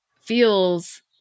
feels